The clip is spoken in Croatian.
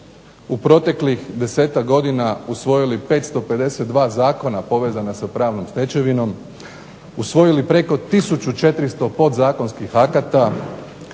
u proteklih 10-tak godina usvojili 552 zakona povezana sa pravnom stečevinom, usvojili preko 1400 podzakonskih akata,